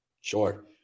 Sure